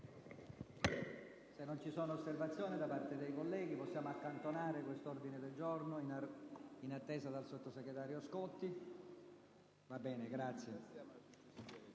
Grazie